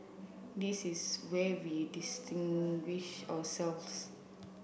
this is where we distinguish ourselves